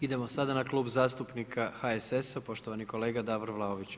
Idemo sada na Klub zastupnika HSS-a poštovani kolega Davor Vlaović.